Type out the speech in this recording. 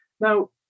Now